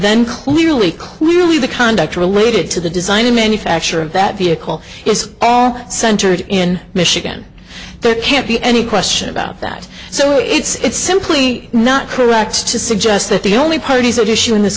then clearly clearly the conduct related to the design and manufacture of that vehicle is all centered in michigan there can't be any question about that so it's simply not correct to suggest that the only parties of issue in this